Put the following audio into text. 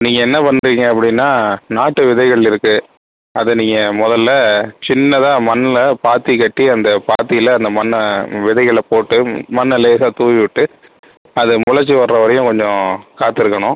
நீங்கள் என்ன பண்ணுறீங்க அப்படின்னா நாட்டு விதைகள் இருக்குது அதை நீங்கள் முதல்ல சின்னதாக மண்ணில் பாத்தி கட்டி அந்த பாத்தியில் அந்த மண்ணை விதைகளை போட்டு மண்ணை லேசாக தூவிவிட்டு அது மொளைச்சி வரவரையும் கொஞ்சம் காத்திருக்கணும்